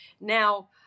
Now